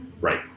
Right